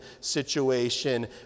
situation